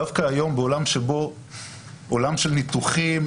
דווקא היום בעולם של ניתוחים,